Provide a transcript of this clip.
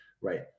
right